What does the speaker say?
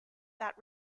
that